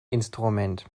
instrument